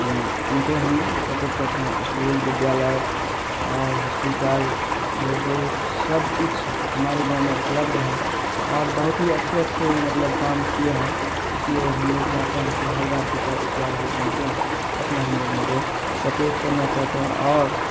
हम उनको ही सपोर्ट करते हैं इस्कूल विद्यालय और हॉस्पीटल जैसे सब कुछ हमारे गाँव में उपलब्ध हैं और बहुत ही अच्छे अच्छे मतलब काम किए हैं इसलिए हम लोग चाहते हैं कि हर बार की तरह इस बार भी बनते हैं इसलिए हम लोगों को सपोर्ट करना चाहते हैं और